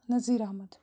Nazir Ahmad